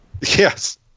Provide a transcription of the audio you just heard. Yes